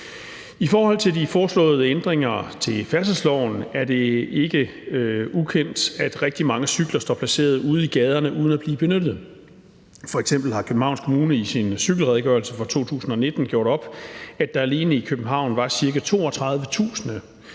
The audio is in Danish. I forhold til de foreslåede ændringer til færdselsloven er det ikke ukendt, at rigtig mange cykler står placeret ude i gaderne uden at blive benyttet. F.eks. har Københavns Kommune i sin cykelredegørelse fra 2019 gjort op, at der alene i København var ca. 32.000